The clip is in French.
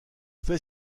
fait